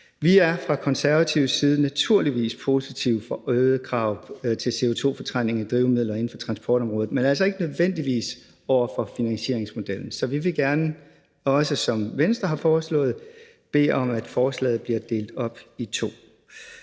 Vi er fra Konservatives side naturligvis positive over for øgede krav til CO2-fortrængning i drivmidler inden for transportområdet, men altså ikke nødvendigvis over for finansieringsmodellen. Så vi vil gerne, som Venstre også har foreslået, bede om, at forslaget bliver delt op i to.